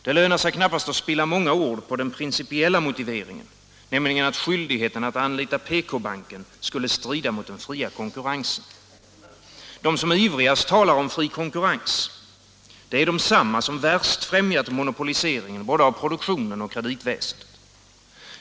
Det lönar sig knappast att spilla många ord på den principiella motiveringen — nämligen att skyldigheten att anlita PK-banken skulle strida mot den fria konkurrensen. De som ivrigast talar om fri konkurrens är desamma som värst främjat monopoliseringen både av produktionen och kreditväsendet.